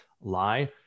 lie